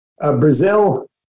Brazil